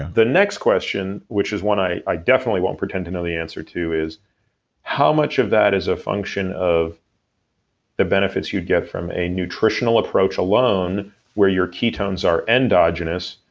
the next question, which is one i i definitely won't pretend to know the answer to is how much of that is a function of the benefits you get from a nutritional approach alone where your ketones are endogenous,